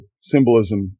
symbolism